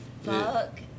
Fuck